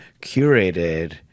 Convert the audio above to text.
curated